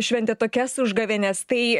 šventė tokias užgavėnes tai